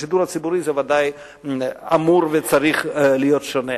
בשידור הציבורי זה ודאי אמור וצריך להיות שונה.